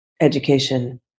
education